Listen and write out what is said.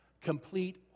complete